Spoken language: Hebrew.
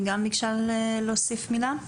היא גם ביקשה להוסיף מילה.